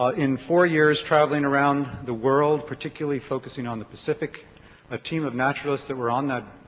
ah in four years traveling around the world particularly focusing on the pacific a team of naturalists that were on that